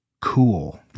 cool